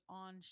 on